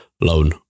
loan